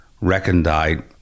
recondite